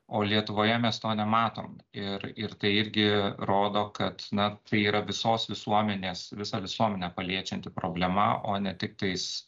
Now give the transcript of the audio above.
o lietuvoje mes to nematom ir ir tai irgi rodo kad na tai yra visos visuomenės visą visuomenę paliečianti problema o ne tiktais